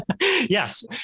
Yes